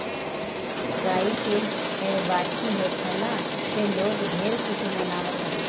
गाई के बाछी होखला पे लोग ढेर खुशी मनावत हवे